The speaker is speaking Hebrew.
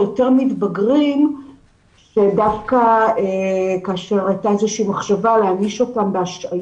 יותר מתבגרים שדווקא כאשר הייתה איזו שהיא מחשבה ל- -- בהשהיה